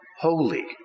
holy